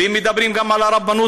וגם אם הם ברבנות,